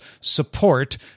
support